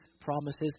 promises